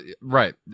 right